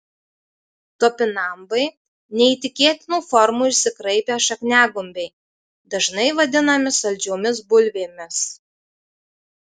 topinambai neįtikėtinų formų išsikraipę šakniagumbiai dažnai vadinami saldžiomis bulvėmis